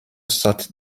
sought